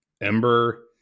Ember